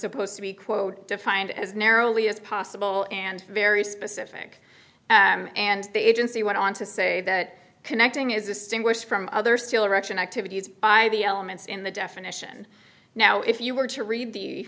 supposed to be quote defined as narrowly as possible and very specific and and the agency went on to say that connecting is distinguished from other still erection activities by the elements in the definition now if you were to read the